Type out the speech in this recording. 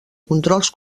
controls